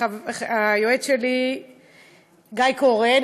גיא קורן,